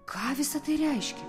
ką visa tai reiškia